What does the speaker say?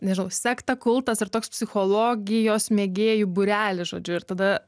nežinau sekta kultas ir toks psichologijos mėgėjų būrelis žodžiu ir tada